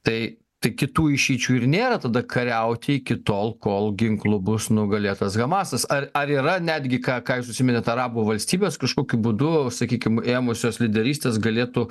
tai tai kitų išeičių ir nėra tada kariaut iki tol kol ginklu bus nugalėtas hamasas ar ar yra netgi ką ką jūs užsiminėt arabų valstybės kažkokiu būdu sakykim ėmusios lyderystės galėtų